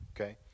okay